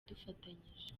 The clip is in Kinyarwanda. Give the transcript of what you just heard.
dufatanyije